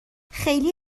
خیلی